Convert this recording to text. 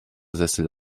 sessel